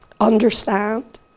understand